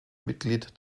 mitglied